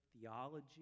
theology